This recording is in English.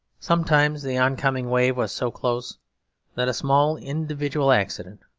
sometimes the oncoming wave was so close that a small individual accident,